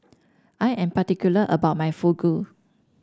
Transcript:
I am particular about my Fugu